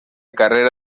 carrera